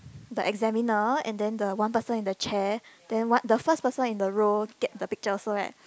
the examiner and then the one person in the chair then one the first person in the row get the picture also right